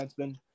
defenseman